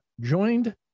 joined